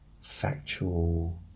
factual